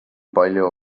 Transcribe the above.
palju